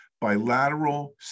bilateral